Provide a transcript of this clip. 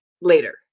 later